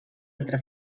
altra